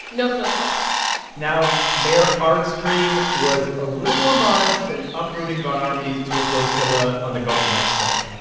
no flotilla now, mayor art's dream was a little more modest than uprooting von ormy to a flotilla on the gulf of mexico.